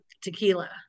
tequila